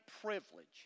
privilege